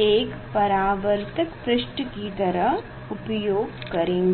एक परावर्तक पृष्ठ की तरह उपयोग करेंगे